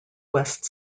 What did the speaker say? west